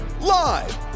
live